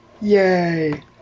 Yay